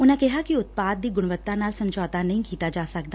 ਉਨੂੰ ਕਿਹਾ ਕਿ ਉਤਪਾਦ ਦੀ ਗੁਣਵੱਤਾ ਨਾਲ ਸਮਝੌਤਾ ਨਹੀਂ ਕੀਤਾ ਜਾ ਸਕਦਾ